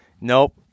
nope